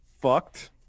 fucked